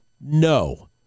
No